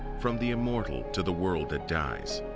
from the immortal to the world that dies?